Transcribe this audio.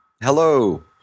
Hello